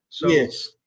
Yes